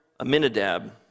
Aminadab